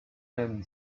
been